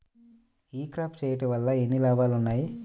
ఈ క్రాప చేయుట వల్ల ఎన్ని లాభాలు ఉన్నాయి?